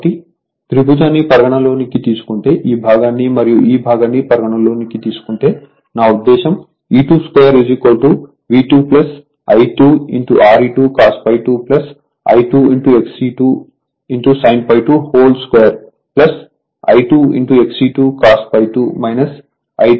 కాబట్టి త్రిభుజాన్ని పరిగణనలోకి తీసుకుంటే ఈ భాగాన్ని మరియు ఈ భాగాన్ని పరిగణనలోకి తీసుకుంటే నా ఉద్దేశ్యం E22 V2 I2 Re2 cos ∅2 I2 XE2 sin ∅2 2 I2 XE2 cos ∅2 I2 Re2 sin ∅2 2 అవుతుంది